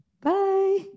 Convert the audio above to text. Bye